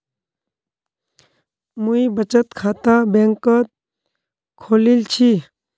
मुई बचत खाता बैंक़त खोलील छि